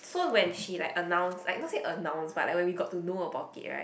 so when she like announce like not say announce but like when we got to know about it right